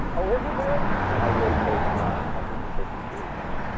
oh, is it really? i wrote page nine hundred and fifty three today.